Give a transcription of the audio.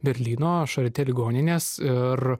berlyno ligoninės ir